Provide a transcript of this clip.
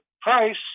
price